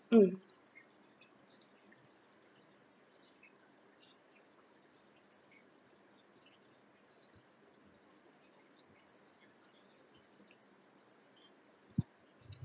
mm